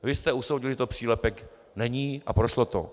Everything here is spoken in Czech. Vy jste usoudili, že to přílepek není, a prošlo to.